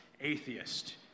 atheist